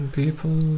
people